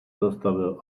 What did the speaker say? zastavil